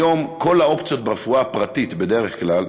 היום כל האופציות ברפואה הפרטית, בדרך כלל,